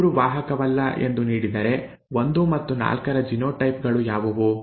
3 ವಾಹಕವಲ್ಲ ಎಂದು ನೀಡಿದರೆ 1 ಮತ್ತು 4ರ ಜಿನೋಟೈಪ್ ಗಳು ಯಾವುವು